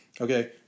okay